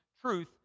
truth